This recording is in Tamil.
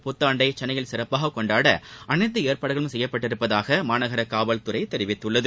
புத்தாண்டை சென்னையில் சிறப்பாக கொண்டாட அனைத்து ஏற்பாடுகளும் செய்யப்பட்டுள்ளதாக மாநகர காவல்துறை தெரிவித்துள்ளது